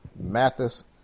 Mathis